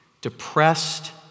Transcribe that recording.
depressed